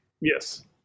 Yes